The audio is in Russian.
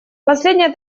последняя